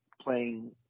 playing